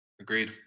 Agreed